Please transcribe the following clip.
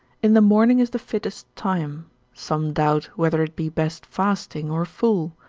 in the morning is the fittest time some doubt whether it be best fasting, or full,